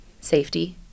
safety